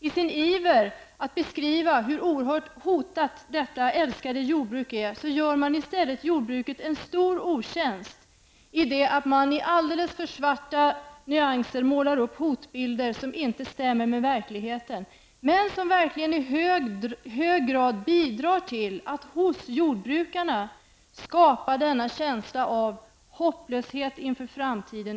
I sin iver att beskriva hur oerhört hotat detta älskade jordbruk är, gör man i stället jordbruket en stor otjänst när man i alldeles för svarta nyanser målar upp hotbilder som inte stämmer med verkligheten. Det bidrar i hög grad till att hos jordbrukarna skapa denna känsla av hopplöshet inför framtiden.